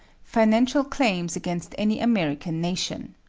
financial claims against any american nation.